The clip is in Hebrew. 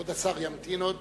כבוד השר ימתין עוד.